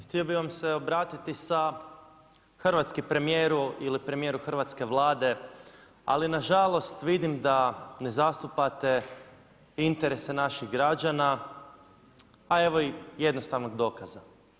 Htio bih vama se obratiti sa hrvatski premijeru ili premijeru hrvatske Vlade, ali nažalost vidim da ne zastupate interese naših građana, a evo i jednostavnog dokaza.